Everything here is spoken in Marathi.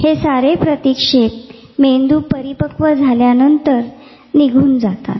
हे सारे प्रतीक्षेप मेंदू परिपक्व झाल्यानंतर निघून जातात